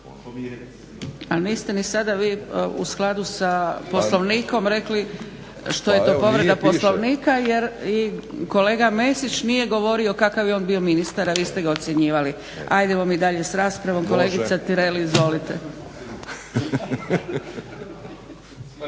A niste sada vi u skladu sa Poslovnikom rekli što je to povreda Poslovnika jer i kolega Mesić nije govorio kakav je on bio ministar a vi ste ga ocjenjivali. Hajdemo mi dalje sa raspravom. Kolegice Tireli, izvolite.